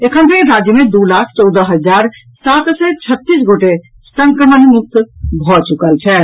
एखन धरि राज्य मे दू लाख चौदह हजार सात सय छत्तीस गोटे संक्रमण मुक्त भऽ चुकल छथि